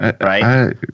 right